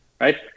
right